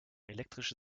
elektrische